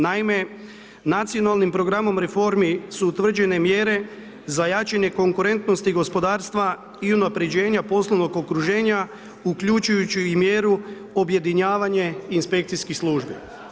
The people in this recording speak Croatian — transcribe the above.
Naime, Nacionalnim programom reformi su utvrđene mjere za jačanje konkurentnosti gospodarstva i unapređenja poslovnog okruženja uključujući i mjeru objedinjavanje inspekcijskih službi.